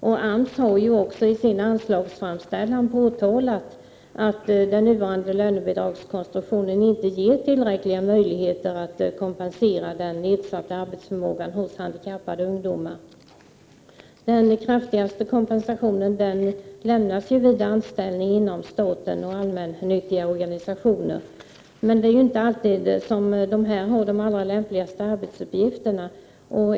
AMS har ju också i sin anslagsframställan påtalat att den nuvarande lönebidragskonstruktionen inte ger tillräckliga möjligheter att kompensera den nedsatta arbetsförmågan hos handikappade ungdomar. Den kraftigaste kompensationen lämnas ju vid statlig anställning eller anställning hos allmännyttiga organisationer, men det är ju inte alltid dessa arbetsgivare har de allra lämpligaste arbetsuppgifterna för handikappade ungdomar.